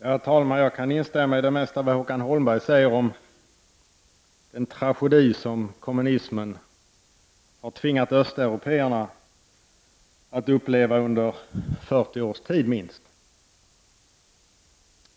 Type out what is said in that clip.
Herr talman! Jag kan instämma i det mesta av det Håkan Holmberg säger om den tragedi som kommunismen har tvingat östeuropéerna att uppleva under mer än 40 års tid.